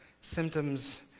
symptoms